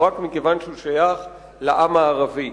או רק מכיוון שהוא שייך לעם הערבי,